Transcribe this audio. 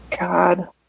God